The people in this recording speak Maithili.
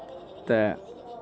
तऽ